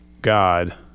god